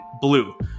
blue